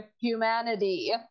humanity